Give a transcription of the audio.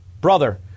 brother